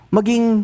Maging